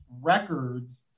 records